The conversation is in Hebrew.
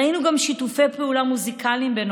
ראינו גם שיתופי פעולה מוזיקליים בין